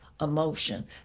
emotion